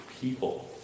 people